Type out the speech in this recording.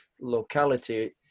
locality